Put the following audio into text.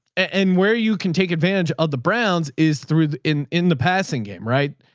and where you can take advantage of the browns is through in, in the passing game, right?